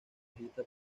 agita